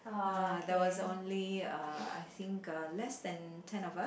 uh there was only uh I think uh less than ten of us